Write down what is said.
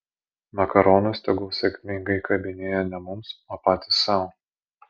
makaronus tegul sėkmingai kabinėja ne mums o patys sau